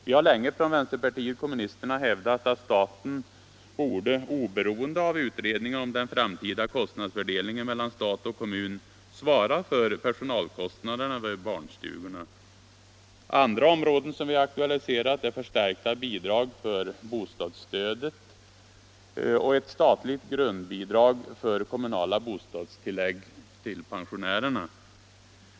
Vi har länge från vänsterpartiet kommunisterna hävdat att staten borde — oberoende av utredningen om den framtida kostnadsfördelningen mellan stat och kommun — svara för personalkostnaderna vid barnstugorna. Andra områden som vi aktualiserat är förstärkta bidrag för bostadsstödet och ett statligt grundbidrag för kommunala bostadstillägg till pensionärerna.